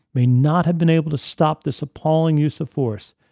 may not have been able to stop this appalling use of force,